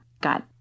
got